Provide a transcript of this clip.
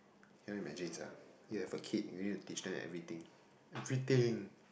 cannot imagine sia you have a kid you need to teach them everything everything